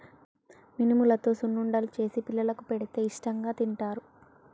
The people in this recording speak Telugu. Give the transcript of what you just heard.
మినుములతో సున్నుండలు చేసి పిల్లలకు పెడితే ఇష్టాంగా తింటారు